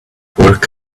work